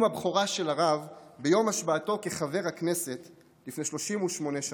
הבכורה של הרב ביום השבעתו כחבר הכנסת לפני 38 שנה.